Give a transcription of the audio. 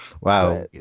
Wow